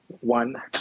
one